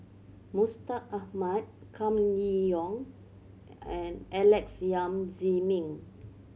Mustaq Ahmad Kam Kee Yong and Alex Yam Ziming